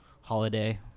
holiday